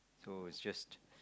so it's just